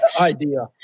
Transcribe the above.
Idea